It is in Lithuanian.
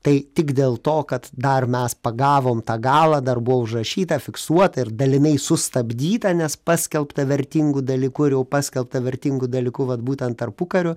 tai tik dėl to kad dar mes pagavom tą galą dar buvo užrašyta fiksuota ir dalinai sustabdyta nes paskelbta vertingu dalyku ir jau paskelbta vertingu dalyku vat būtent tarpukariu